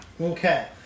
Okay